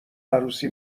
عروسی